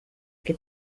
que